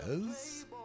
yes